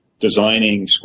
designing